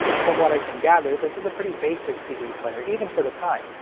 from what i can gather this is a pretty basic cd player, even for the time.